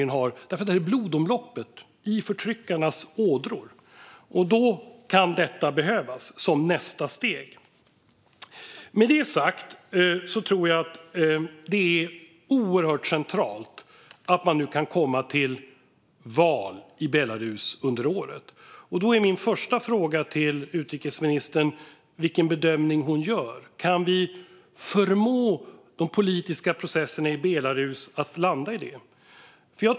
Detta är blodomloppet i förtryckarnas ådror, och då kan det här behövas som nästa steg. Jag tror att det är centralt att man kan komma till val i Belarus under året. Vilken bedömning gör utrikesministern? Kan vi förmå de politiska processerna i Belarus att landa i det?